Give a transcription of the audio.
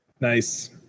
Nice